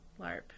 LARP